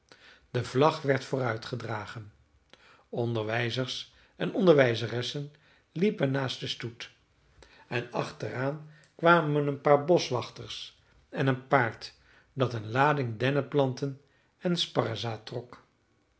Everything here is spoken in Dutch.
de vlag werd vooruit gedragen onderwijzers en onderwijzeressen liepen naast den stoet en achteraan kwamen een paar boschwachters en een paard dat een lading denneplanten en sparrezaad trok